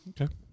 Okay